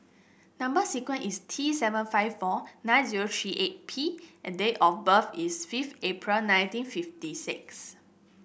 number sequence is T seven five four nine zero three eight P and date of birth is five April nineteen fifty six